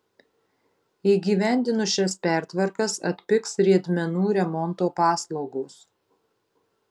įgyvendinus šias pertvarkas atpigs riedmenų remonto paslaugos